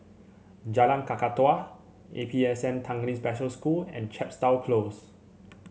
Jalan Kakatua A P S N Tanglin Special School and Chepstow Close